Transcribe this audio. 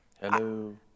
Hello